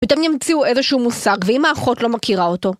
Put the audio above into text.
פתאום נמצאו איזשהו מושג, ואם האחות לא מכירה אותו?